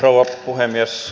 rouva puhemies